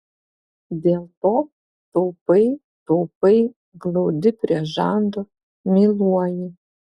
dėl to taupai taupai glaudi prie žando myluoji